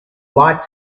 lights